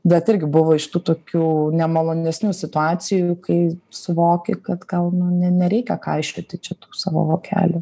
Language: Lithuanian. bet irgi buvo iš tų tokių nemalonesnių situacijų kai suvoki kad gal nu ne nereikia kaišioti čia tų savo vokelių